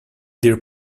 dear